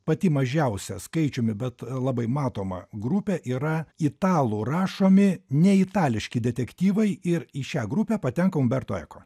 pati mažiausia skaičiumi bet labai matoma grupė yra italų rašomi ne itališki detektyvai ir į šią grupę patenka umberto eko